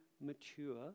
mature